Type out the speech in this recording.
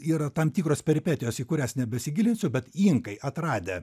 yra tam tikros peripetijos į kurias nebesigilinsiu bet inkai atradę